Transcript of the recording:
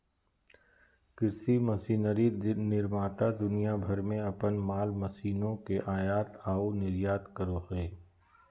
कृषि मशीनरी निर्माता दुनिया भर में अपन माल मशीनों के आयात आऊ निर्यात करो हइ